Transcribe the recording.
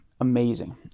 amazing